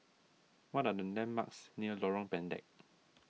what are the landmarks near Lorong Pendek